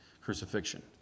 crucifixion